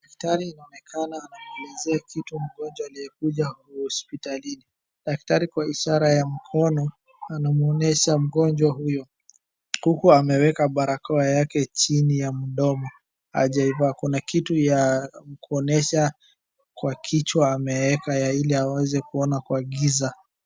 Daktari anaonekana anapulizia kitu kwa mgonjwa aliyekuja hospitalini. Daktari kwa ishara ya mkono anaonyesha mgonjwa huyo huku ameweka barakoa yake chini ya mdomo. Hajeeka kwa kitu ya kuonyesha kwa kichwa ameweka ili aweze kuona kwa giza.